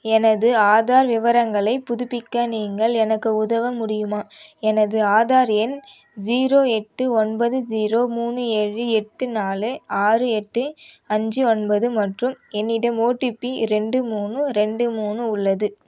எனது ஆதார் விவரங்களைப் புதுப்பிக்க நீங்கள் எனக்கு உதவ முடியுமா எனது ஆதார் எண் ஜீரோ எட்டு ஒன்பது ஜீரோ மூணு ஏழு எட்டு நாலு ஆறு எட்டு அஞ்சு ஒன்பது மற்றும் என்னிடம் ஓடிபி ரெண்டு மூணு ரெண்டு மூணு உள்ளது